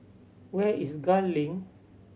where is Gul Link